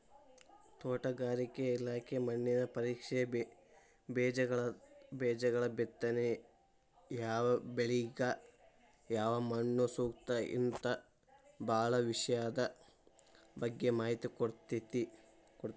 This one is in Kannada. ತೋಟಗಾರಿಕೆ ಇಲಾಖೆ ಮಣ್ಣಿನ ಪರೇಕ್ಷೆ, ಬೇಜಗಳಬಿತ್ತನೆ ಯಾವಬೆಳಿಗ ಯಾವಮಣ್ಣುಸೂಕ್ತ ಹಿಂತಾ ಬಾಳ ವಿಷಯದ ಬಗ್ಗೆ ಮಾಹಿತಿ ಕೊಡ್ತೇತಿ